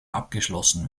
abgeschlossen